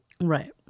Right